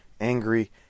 angry